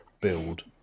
build